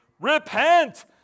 repent